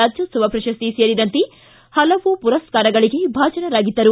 ರಾಜ್ಯೋತ್ಸವ ಪ್ರಶಸ್ತಿ ಸೇರಿದಂತೆ ವಿವಿಧ ಮರಸ್ಕಾರಗಳಿಗೆ ಭಾಜನರಾಗಿದ್ದರು